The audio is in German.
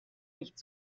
nicht